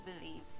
believe